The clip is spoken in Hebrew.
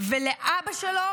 ולאבא שלו